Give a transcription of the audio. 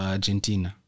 Argentina